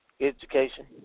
education